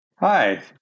Hi